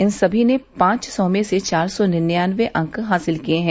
इन सभी ने पाँच सौ में से चार सौ निन्यानबे अंक हासिल किये है